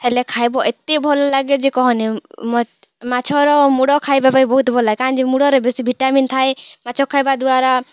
ହେଲେ ଖାଇବ ଏତେ ଭଲ ଲାଗେ ଯେ କହନି ମାଛର ମୁଡ଼ ଖାଇବା ପାଇଁ ବହୁତ୍ ଭଲ ଲାଗେ କାହିଁଯେ ମୁଡ଼ରେ ବେଶୀ ଭିଟାମିନ୍ ଥାଏ ମାଛ ଖାଇବା ଦ୍ୱାରା